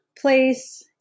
place